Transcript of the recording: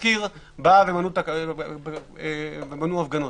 --- ומנעו הפגנו.